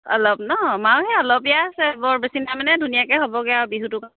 অলপ ন আমাৰো এ অলপিয়া আছে বৰ বেছিনাই মানে ধুনীয়াকে হ'বগে আৰু বিহুটো